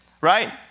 right